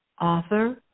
author